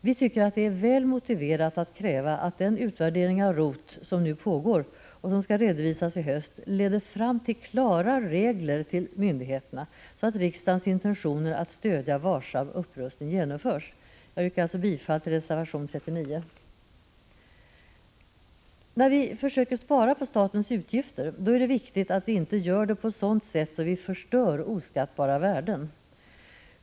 Vi tycker att det är väl motiverat att kräva att den utvärdering av ROT som nu pågår och som skall redovisas i höst leder fram till klara regler till myndigheterna, så att riksdagens intentioner att stödja varsam upprustning genomförs. Jag yrkar bifall till reservation 39. När vi försöker spara på statens utgifter är det viktigt att vi inte gör det på ett sådant sätt att vi förstör oskattbara värden.